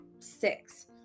six